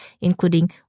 including